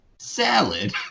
Salad